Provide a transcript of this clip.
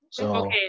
Okay